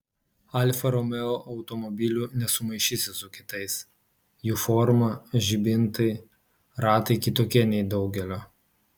alfa romeo automobilių nesumaišysi su kitais jų forma žibintai ratai kitokie nei daugelio